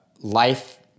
life